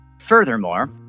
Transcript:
Furthermore